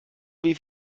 wie